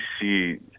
see